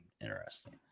Interesting